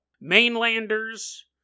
Mainlanders